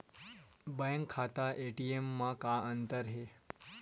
Bank खाता ATM मा का अंतर हे?